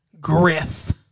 Griff